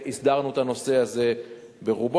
והסדרנו את הנושא הזה ברובו,